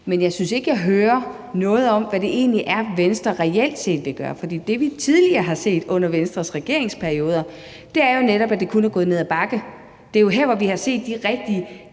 men jeg synes ikke, jeg hører noget om, hvad det egentlig er, Venstre reelt set vil gøre. For det, vi tidligere har set under Venstres regeringsperioder, er jo netop, at det kun er gået ned ad bakke. Det er jo her, vi har set de rigtig